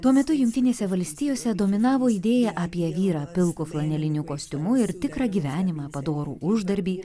tuo metu jungtinėse valstijose dominavo idėja apie vyrą pilku flaneliniu kostiumu ir tikrą gyvenimą padorų uždarbį